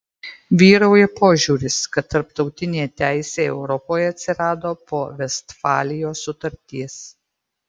vyrauja požiūris kad tarptautinė teisė europoje atsirado po vestfalijos sutarties